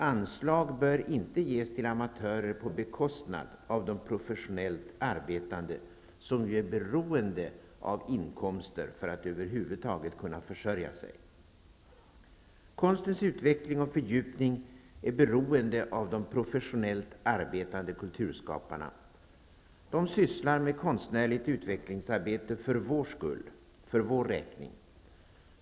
Anslag bör inte ges till amatörer på bekostnad av de professionellt arbetande, som ju är beroende av inkomster för att över huvud taget kunna försörja sig. Konstens utveckling och fördjupning är beroende av de professionellt arbetande kulturskaparna. De sysslar med konstnärligt utvecklingsarbete för vår skull, för vår räkning.